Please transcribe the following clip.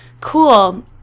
Cool